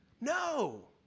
No